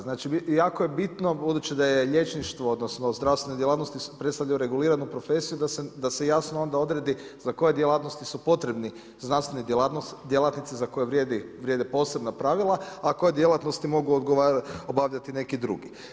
Znači jako je bitno budući da je liječništvo, odnosno zdravstvene djelatnosti predstavljaju reguliranu profesiju da se jasno onda odredi za koje djelatnosti su potrebni znanstveni djelatnici za koje vrijede posebna pravila, a koje djelatnosti mogu obavljati neki drugi.